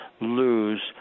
lose